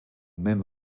même